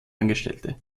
angestellte